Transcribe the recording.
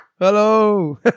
Hello